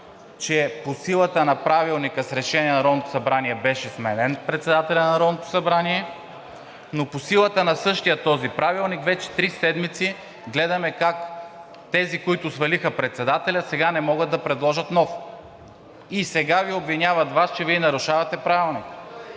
че по силата на Правилника с Решение на Народното събрание беше сменен председателят на Народното събрание, но по силата на същия този правилник, вече три седмици гледаме как тези, които свалиха председателя, сега не могат да предложат нов. И сега Ви обвиняват Вас, че Вие нарушавате Правилника.